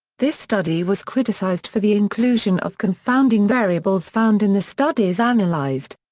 this study was criticised for the inclusion of confounding variables found in the studies analyzed.